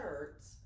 shirts